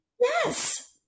Yes